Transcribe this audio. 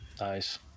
Nice